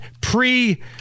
pre